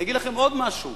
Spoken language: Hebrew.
אני אגיד לכם עוד משהו: